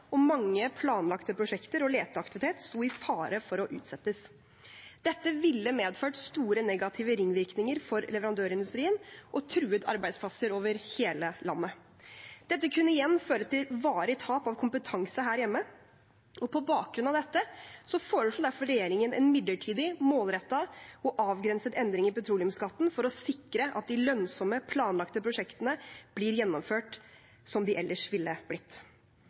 og mange planlagte prosjekter og leteaktivitet sto i fare for å utsettes. Dette ville medført store negative ringvirkninger for leverandørindustrien og truet arbeidsplasser over hele landet. Dette kunne igjen ført til et varig tap av kompetanse her hjemme. På bakgrunn av dette foreslo derfor regjeringen en midlertidig, målrettet og avgrenset endring i petroleumsskatten for å sikre at de lønnsomme, planlagte prosjektene blir gjennomført som de ellers ville blitt.